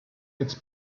it’s